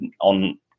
on